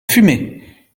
fumée